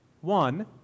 One